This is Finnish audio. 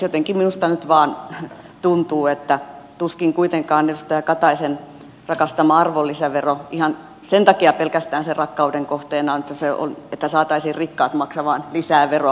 jotenkin minusta nyt vain tuntuu että tuskin kuitenkaan edustaja katajan rakastama arvonlisävero ihan sen takia pelkästään rakkauden kohteena on että saataisiin rikkaat maksamaan lisää veroa